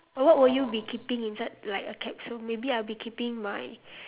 what would you be keeping inside like a capsule maybe I'll be keeping my